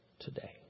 today